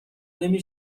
نمی